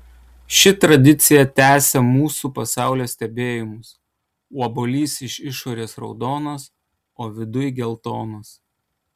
ši tradicija tęsia mūsų pasaulio stebėjimus obuolys iš išorės raudonas o viduj geltonas